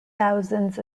thousands